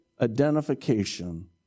identification